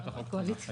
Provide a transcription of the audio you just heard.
הצבעה לא אושר.